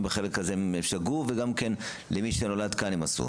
הרופאים שגו ועשו זאת גם כשההורים נולדו כאן.